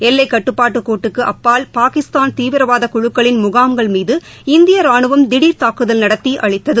எல்லைக் கட்டுப்பாட்டுக் கோட்டுக்கு அப்பால் பாகிஸ்தான் தீவிரவாத குழுக்களின் முகாம்கள் மீது தியர் தாக்குதல் நடத்தி அழித்தது